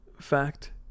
fact